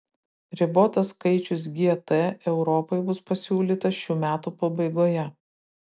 ribotas skaičius gt europai bus pasiūlytas šių metų pabaigoje